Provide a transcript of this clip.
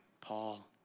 Paul